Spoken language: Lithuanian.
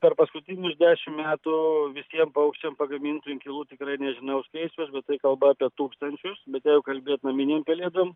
per paskutinius dešimt metų visiem paukščiam pagamintų inkilų tikrai nežinau skaičiaus bet tai kalba apie tūkstančius bet jeigu kalbėt naminėm pelėdom